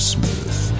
Smooth